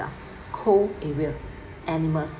ka~ cold area animals